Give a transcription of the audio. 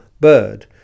bird